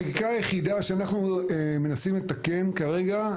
החקיקה היחידה שאנחנו מנסים לתקן כרגע,